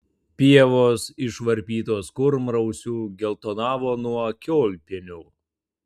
pievos išvarpytos kurmrausių geltonavo nuo kiaulpienių